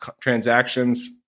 transactions